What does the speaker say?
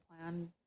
plan